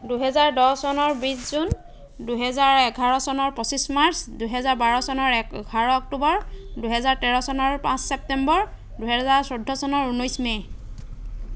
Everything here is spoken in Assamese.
দুহেজাৰ দহ চনৰ বিছ জুন দুহেজাৰ এঘাৰ চনৰ পঁচিছ মাৰ্চ দুহেজাৰ বাৰ চনৰ এঘাৰ অক্টোবৰ দুহেজাৰ তেৰ চনৰ পাঁচ চেপ্তেম্বৰ দুহেজাৰ চৈধ্য় চনৰ ঊনৈছ মে'